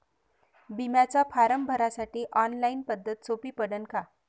बिम्याचा फारम भरासाठी ऑनलाईन पद्धत सोपी पडन का?